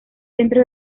centro